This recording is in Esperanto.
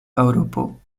eŭropo